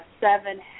Seven